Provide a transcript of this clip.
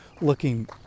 looking